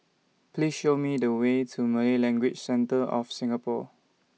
Please Show Me The Way to Malay Language Centre of Singapore